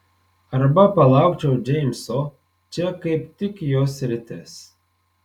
arba palaukčiau džeimso čia kaip tik jo sritis